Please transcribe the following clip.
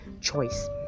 choice